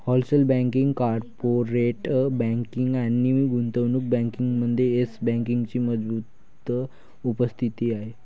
wholesale banking, corporate banking आणि गुंतवणूक बँकिंगमध्ये येस बँकेची मजबूत उपस्थिती आहे